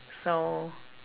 so